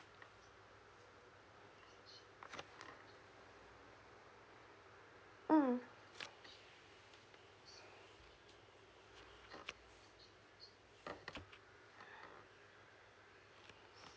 mm